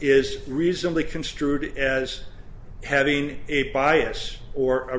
is reasonably construed as having a bias or a